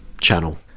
channel